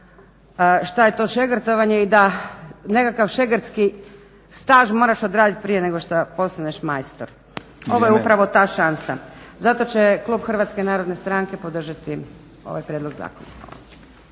šta je to šegrtovanje i da nekakav šegrtski staž moraš odraditi prije nego šta postaneš majstor. Ovo je upravo ta šansa. Zato će klub HNS podržati ovaj prijedlog zakona.